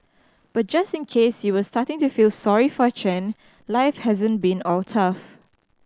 but just in case you were starting to feel sorry for Chen life hasn't been all tough